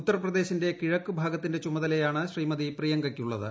ഉത്തർപ്രദേശിന്റെ കിഴക്ക് ഭാഗത്തിന്റെ ചുമതലയാണ് ശ്രീമതി പ്രിയങ്കയ്ക്കുള്ളത്